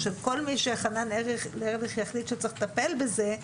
או של כל מי שחנן ארליך יחליט שצריך לטפל בזה,